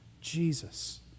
Jesus